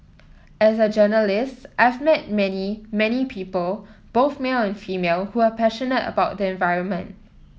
as a journalist I've met many many people both male and female who are passionate about the environment